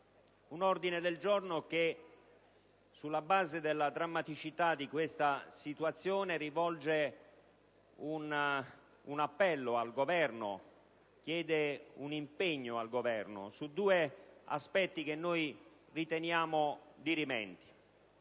un ordine del giorno che, sulla base della drammaticità della situazione, rivolge un appello e chiede un impegno al Governo su due aspetti che riteniamo dirimenti.